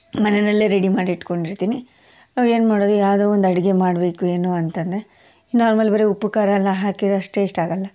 ಮನೆಯಲ್ಲೇ ರೆಡಿ ಮಾಡಿ ಇಟ್ಟುಕೊಂಡಿರ್ತೀನಿ ಅವಾಗ ಏನು ಮಾಡೋದು ಯಾವುದೋ ಒಂದು ಅಡುಗೆ ಮಾಡಬೇಕು ಏನು ಅಂತಂದರೆ ಈ ನಾರ್ಮಲ್ ಬರೀ ಉಪ್ಪು ಖಾರ ಎಲ್ಲ ಹಾಕಿದ್ರಷ್ಟೇ ಇಷ್ಟ ಆಗೋಲ್ಲ